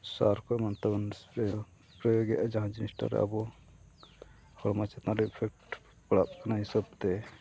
ᱥᱟᱨ ᱠᱚ ᱮᱢᱟᱱ ᱛᱮᱢᱢᱟᱱ ᱥᱯᱨᱮᱭᱟᱨ ᱯᱨᱚᱭᱳᱜ ᱮᱫᱟ ᱡᱟᱦᱟᱸ ᱡᱤᱱᱤᱥᱴᱟᱨᱮ ᱟᱵᱚ ᱦᱚᱲᱢᱚ ᱪᱮᱛᱟᱱ ᱨᱮ ᱤᱯᱷᱮᱠᱴ ᱯᱟᱲᱟᱜ ᱠᱟᱱᱟ ᱦᱤᱥᱟᱹᱵ ᱛᱮ